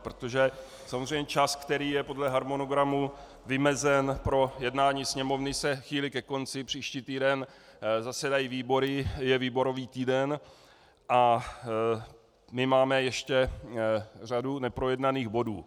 Protože samozřejmě čas, který je podle harmonogramu vymezen pro jednání Sněmovny, se chýlí ke konci, příští týden zasedají výbory, je výborový týden a my máme ještě řadu neprojednaných bodů.